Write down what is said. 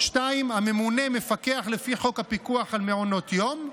2. הממונה, מפקח לפי חוק הפיקוח על מעונות יום,